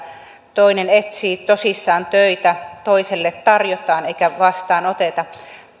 toinen etsii tosissaan töitä toiselle tarjotaan eikä vastaanota